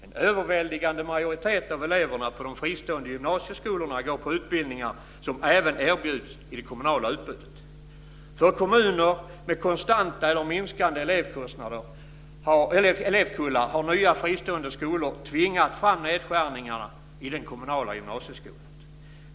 En överväldigande majoritet av eleverna på de fristående gymnasieskolorna går på utbildningar som även erbjuds i det kommunala utbudet. För kommuner med konstanta eller minskande elevkullar har nya fristående skolor tvingat fram nedskärningar i den kommunala gymnasieskolan.